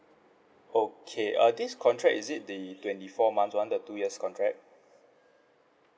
okay err this contract is it the twenty four months [one] the two years contract